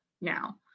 now